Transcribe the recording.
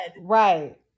Right